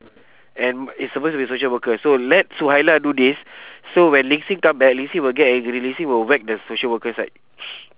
and it's suppose to be social worker so let suhaila do this so when ling xin come back ling xin will get angry ling xin will whack the social worker side